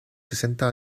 sesenta